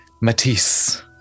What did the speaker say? Matisse